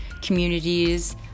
communities